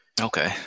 Okay